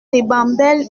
ribambelle